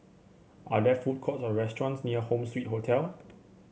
are there food courts or restaurants near Home Suite Hotel